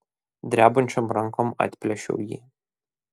drebančiom rankom atplėšiau jį